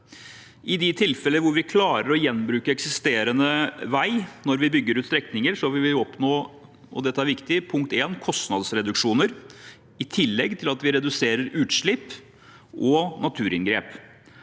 I de tilfeller hvor vi klarer å gjenbruke eksisterende vei når vi bygger ut strekninger, vil vi oppnå – og dette er viktig – kostnadsreduksjoner i tillegg til at vi reduserer utslipp og naturinngrep.